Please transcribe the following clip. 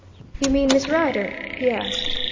you mean miss rider? he asked.